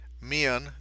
men